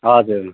हजुर